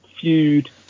feud